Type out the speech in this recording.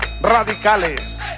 radicales